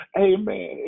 amen